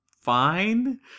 fine